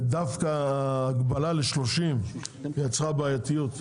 ודווקא ההגבלה ל-30 יצרה בעייתיות,